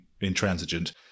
intransigent